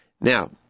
now